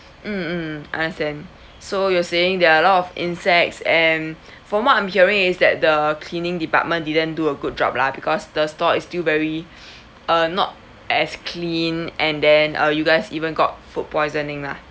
mm mm understand so you are saying there are a lot of insects and from what I'm hearing is that the cleaning department didn't do a good job lah because the store is still very uh not as clean and then uh you guys even got food poisoning lah